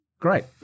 Great